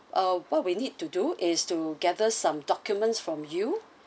ah what we need to do is to gather some documents from you